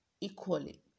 equally